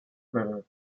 river